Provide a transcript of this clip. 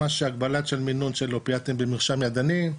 הגבלת מינון של אופיטאטים במרשם ידני,